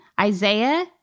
Isaiah